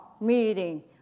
meeting